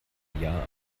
jahr